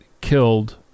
killed